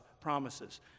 promises